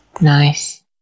Nice